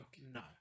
no